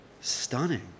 stunning